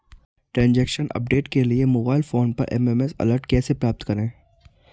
Transaction update के लिए mobile phone पर एस.एम.एस अलर्ट कैसे प्राप्त करें?